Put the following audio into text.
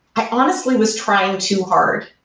i honestly was trying too hard.